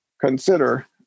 consider